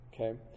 okay